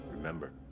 Remember